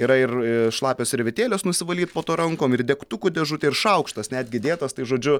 yra ir šlapios servetėlės nusivalyt po to rankom ir degtukų dėžutė ir šaukštas netgi įdėtas tai žodžiu